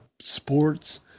Sports